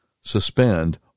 suspend